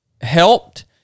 helped